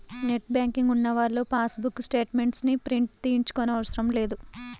net banking ఉన్నవాళ్ళు passbook statements ని print తీయించుకోనవసరం లేదు